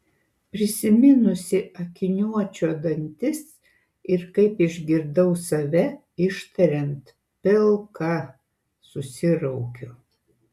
prisiminusi akiniuočio dantis ir kaip išgirdau save ištariant pilka susiraukiu